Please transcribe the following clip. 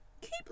Keep